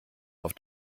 auf